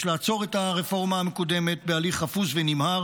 יש לעצור את הרפורמה המקודמת בהליך חפוז ונמהר